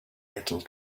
little